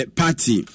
party